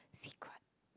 secret